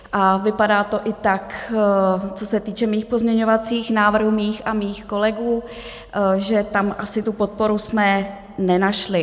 A vypadá to i tak, co se týče mých pozměňovacích návrhů a mých kolegů, že tam asi tu podporu jsme nenašli.